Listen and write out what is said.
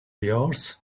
yours